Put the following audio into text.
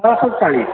ପାଞ୍ଚଶହ ଚାଳିଶ